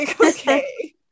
okay